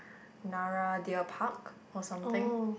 Nara Deer Park or something